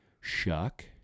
shuck